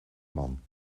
man